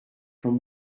from